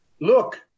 look